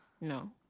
No